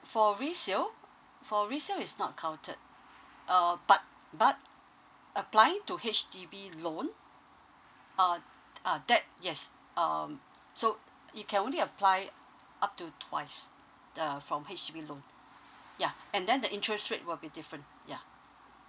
for resale for resale is not counted uh but but applying to H_D_B loan uh uh that yes um so you can only apply up to twice uh from H_D_B loan yeah and then the interest rate will be different yeah